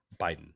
Biden